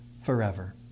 forever